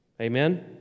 Amen